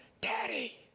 Daddy